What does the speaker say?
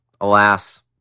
alas